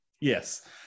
yes